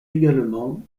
également